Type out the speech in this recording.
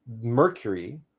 Mercury